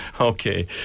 Okay